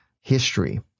history